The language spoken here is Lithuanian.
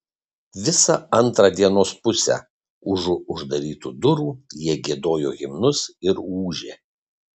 visą antrą dienos pusę užu uždarytų durų jie giedojo himnus ir ūžė